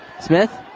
Smith